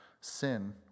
sin